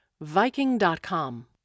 Viking.com